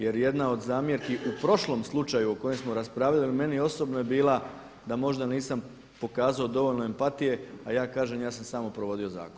Jer jedna od zamjerki u prošlom slučaju o kojem smo raspravljali, meni osobno je bila da možda nisam pokazao dovoljno empatije a ja kažem ja sam samo provodio zakon.